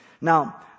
Now